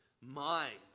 mind